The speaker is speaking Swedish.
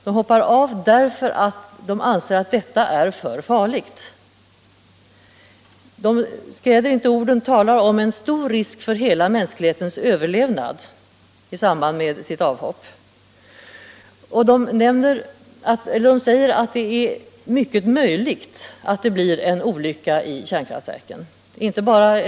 De hoppar av därför att de anser att detta är för farligt. De skräder inte orden utan talar i samband med sitt avhopp om stor risk för hela mänsklighetens överlevnad. De säger att det är mycket möjligt att det inträffar en olycka i kärnkraftverken.